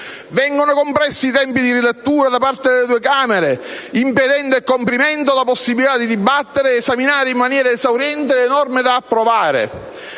Vengono compressi i tempi di rilettura da parte delle due Camere, impedendo e comprimendo così la possibilità di dibattere ed esaminare in maniera esauriente le norme da approvare.